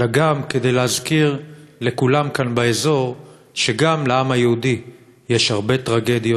אלא גם כדי להזכיר לכולם כאן באזור שגם לעם היהודי יש הרבה טרגדיות,